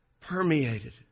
permeated